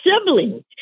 siblings